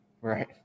right